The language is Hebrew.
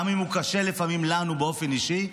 גם אם הוא קשה לנו לפעמים באופן אישי,